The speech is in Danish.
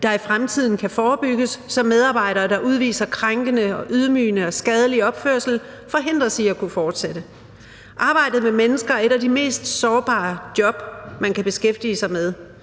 der i fremtiden kan forebygges, så medarbejdere, der udviser krænkende og ydmygende og skadelig opførsel, forhindres i at kunne fortsætte. Arbejdet med mennesker er et af de mest sårbare job, man kan beskæftige sig med.